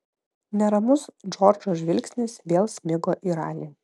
neramus džordžo žvilgsnis vėl smigo į ralį